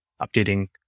updating